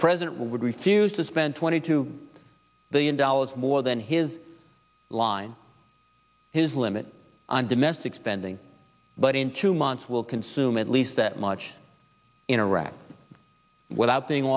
president would refuse to spend twenty two billion dollars more than his line his limit on domestic spending but in two months will consume at least that much in iraq without being